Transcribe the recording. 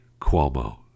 Cuomo